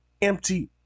empty